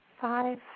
five